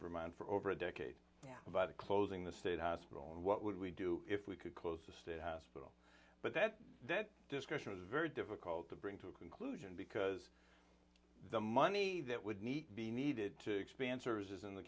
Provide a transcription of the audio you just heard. vermont for over a decade about closing the state hospital and what would we do if we could close a state hospital but that discussion was very difficult to bring to a conclusion because the money that would need to be needed to expand services in the